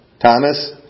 Thomas